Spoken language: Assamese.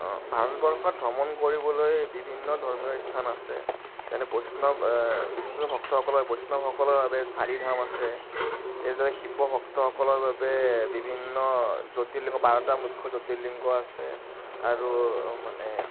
অঁ ভাৰতবৰ্ষত ভ্ৰমণ কৰিবলৈ বিভিন্ন ধৰ্মীয় স্থান আছে যেনে বৈষ্ণৱ বিষ্ণু ভক্তসকলৰ বৈষ্ণৱসকলৰ বাবে চাৰিধাম আছে এইদৰে শিৱভক্তসকলৰ বাবে বিভিন্ন জ্য়োতিলিংগ বাৰটা মূখ্য় জ্য়োতিলিংগ আছে আৰু মানে